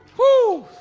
whoo